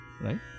right